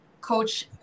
Coach